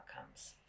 outcomes